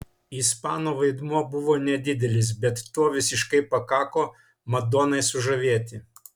ispano vaidmuo buvo nedidelis bet to visiškai pakako madonai sužavėti